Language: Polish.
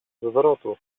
zwrotu